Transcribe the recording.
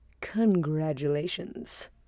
congratulations